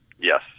Yes